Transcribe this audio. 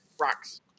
rocks